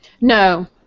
No